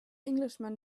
englishman